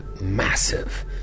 massive